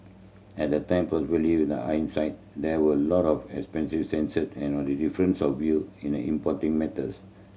at the time probably with the hindsight there were a lot of excessive and on the difference of view in the importing matters